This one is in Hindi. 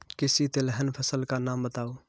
किसी तिलहन फसल का नाम बताओ